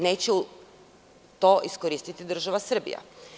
Neće to iskoristiti država Srbija.